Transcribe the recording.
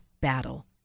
battle